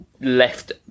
left